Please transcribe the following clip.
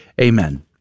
Amen